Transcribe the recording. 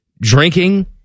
drinking